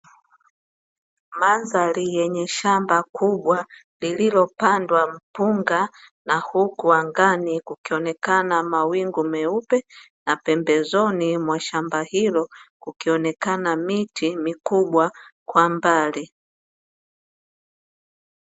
Mandhari yenye shamba kubwa lililopandwa mpunga, na huku angani kukionekana mawingu meupe na pembezoni mwa shamba hilo kukionekana miti mikubwa kwa mbali.